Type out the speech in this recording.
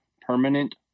permanent